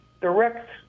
direct